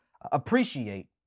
appreciate